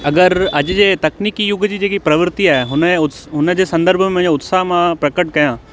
अगरि अॼु जे तकनिकी युग जी जेकी प्रवृती आहे हुनजे उत्स हुनजे संदर्भ में मुंहिजो उत्साह मां प्रकट कयां